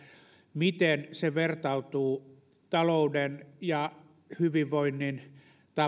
miten se vertautuu talouden ja hyvinvoinnin